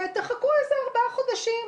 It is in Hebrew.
תחכו איזה 4 חודשים,